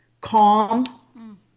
calm